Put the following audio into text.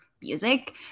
music